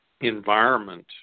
environment